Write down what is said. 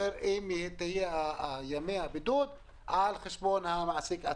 אם ימי הבידוד יושתו על חשבון המעסיק.